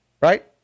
Right